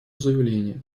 заявление